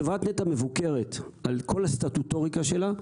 חברת נת"ע מבוקרת על כל הסטטוטוריקה שלה,